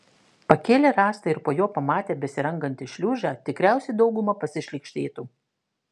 pakėlę rąstą ir po juo pamatę besirangantį šliužą tikriausiai dauguma pasišlykštėtų